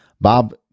bob